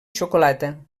xocolata